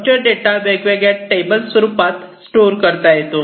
structured data वेगवेगळ्या table स्वरूपात store करता येतो